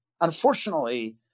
unfortunately